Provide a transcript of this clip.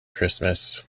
christmas